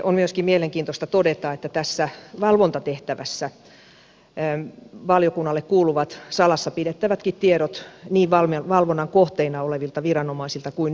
on myöskin mielenkiintoista todeta että tässä valvontatehtävässä valiokunnalle kuuluvat salassakin pidettävät tiedot niin valvonnan kohteina olevilta viranomaisilta kuin yksityisiltäkin tahoilta